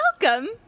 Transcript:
Welcome